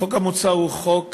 החוק המוצע הוא חוק